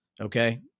Okay